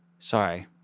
Sorry